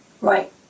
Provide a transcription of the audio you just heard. Right